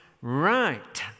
right